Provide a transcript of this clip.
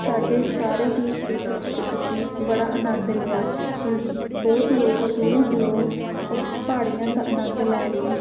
ਸਾਡੇ ਸਾਰੇ ਹੀ ਟਰਿਪ ਵਿੱਚ ਅਸੀਂ ਬੜਾ ਆਨੰਦ ਲਿਆ ਬਹੁਤ ਲੋਕ ਦੂਰੋਂ ਦੂਰੋਂ ਉਹ ਪਹਾੜੀਆਂ ਦਾ ਆਨੰਦ ਲੈਣ ਲਈ